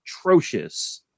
atrocious